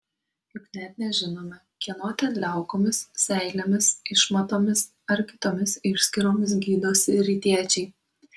juk net nežinome kieno ten liaukomis seilėmis išmatomis ar kitomis išskyromis gydosi rytiečiai